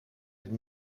het